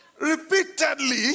Repeatedly